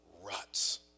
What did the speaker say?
ruts